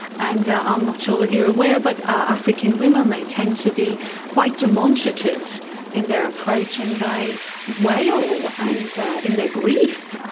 and i'm not sure whether you are aware but african women, they tend to be quite demonstrative in their approach and they wail and in their grief.